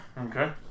Okay